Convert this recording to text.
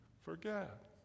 forget